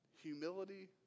Humility